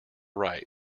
right